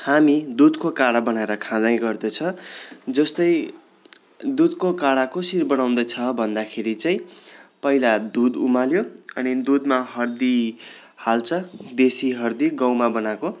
हामी दुधको काडा बनाएर खाँदै गर्दछ जस्तै दुधको काडा कसरी बनाउँदछ भन्दाखेरि चाहिँ पहिला दुध उमाल्यो अनि दुधमा हर्दी हाल्छ देशी हर्दी गाउँमा बनाएको